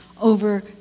over